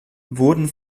wurden